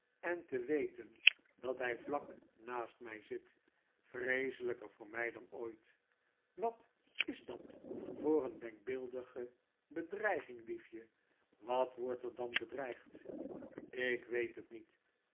en te weten dat hy vlak naast my zit vreeselper voor my dan ooit wat is dat voor denkbeeldige bedreiging liefje wat wordt er dan gedreigd ik weet het niet